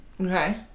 Okay